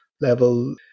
level